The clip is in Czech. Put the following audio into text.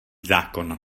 zákon